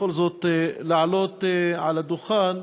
בכל זאת לעלות על הדוכן?